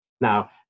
Now